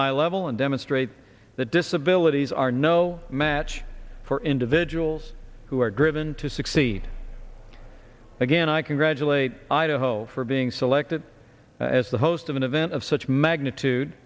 high level and demonstrate that disabilities are no which for individuals who are driven to succeed again i congratulate idaho for being selected as the host of an event of such magnitude